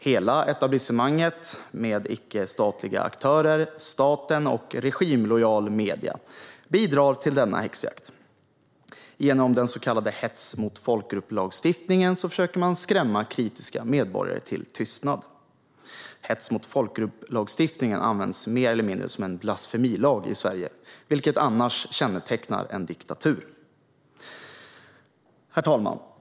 Hela etablissemanget med icke-statliga aktörer, staten och regimlojala medier bidrar till denna häxjakt. Genom den så kallade hets-mot-folkgrupp-lagstiftningen försöker man skrämma kritiska medborgare till tystnad. Hets-mot-folkgrupp-lagstiftningen används mer eller mindre som en blasfemilag i Sverige, vilket annars är något som kännetecknar en diktatur. Herr talman!